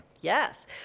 Yes